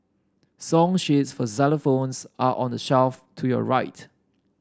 song sheets for xylophones are on the shelf to your right